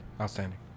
Outstanding